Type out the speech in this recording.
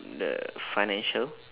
the financial